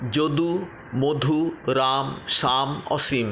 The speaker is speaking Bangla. যদু মধু রাম শ্যাম অফিন